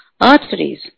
arteries